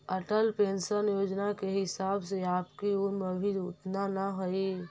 Atal pension Yojana के हिसाब से आपकी उम्र अभी उतना न हई